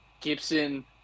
Gibson